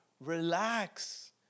Relax